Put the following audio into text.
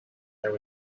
there